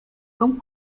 come